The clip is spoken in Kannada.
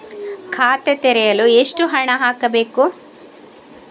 ಖಾತೆ ತೆರೆಯಲು ಎಷ್ಟು ಹಣ ಹಾಕಬೇಕು?